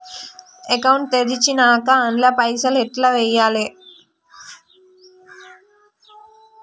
Account తెరిచినాక అండ్ల పైసల్ ఎట్ల వేయాలే?